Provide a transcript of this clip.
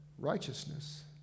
Righteousness